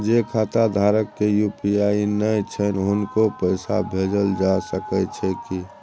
जे खाता धारक के यु.पी.आई नय छैन हुनको पैसा भेजल जा सकै छी कि?